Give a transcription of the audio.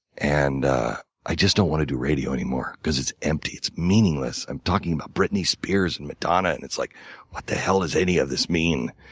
and i just don't want to do radio anymore because it's empty. it's meaningless. i'm talking about brittney spears and and and and like what the hell does any of this mean?